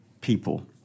people